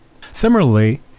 Similarly